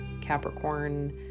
capricorn